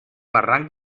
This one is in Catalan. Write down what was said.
barranc